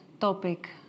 topic